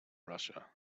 russia